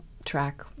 Track